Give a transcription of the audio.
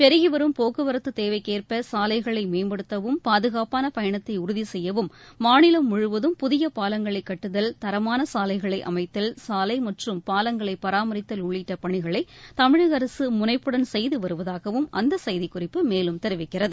பெருகிவரும் போக்குவரத்து தேவைக்கேற்ப சாலைகளை மேம்படுத்தவும் பாதுகாப்பான பயணத்தை உறுதி செய்யவும் மாநிலம் முழுவதும் புதிய பாலங்களை கட்டுதல் தரமான சாலைகளை அமைத்தல் சாலை மற்றும் பாலங்களை பராமரித்தல் உள்ளிட்ட பணிகளை தமிழக அரசு முனைப்புடன் செய்து வருவதாகவும் அந்த செய்திக்குறிப்பு மேலும் தெரிவிக்கிறது